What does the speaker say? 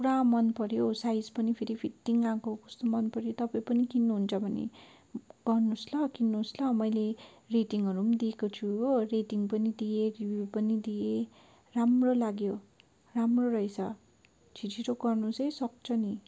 पुरा मनपऱ्यो साइज पनि फेरि फिटिङ आएको मनपऱ्यो तपाईँ पनि किन्नुहुन्छ भने गर्नुहोस् ल किन्नुहोस् ल मैले रेटिङहरू पनि दिएको छु हो रेटिङ पनि दिएँ रिभ्यु पनि दिएँ राम्रो लाग्यो राम्रो रहेछ छिट्छिटो गर्नुहोस् है सक्छ नि